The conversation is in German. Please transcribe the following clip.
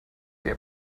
der